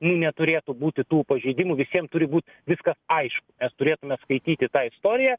nu neturėtų būti tų pažeidimų visiem turi būt viskas aišku mes turėtume skaityti tą istoriją